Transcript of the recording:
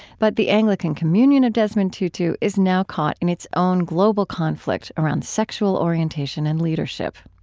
but the anglican communion of desmond tutu is now caught in its own global conflict around sexual orientation and leadership.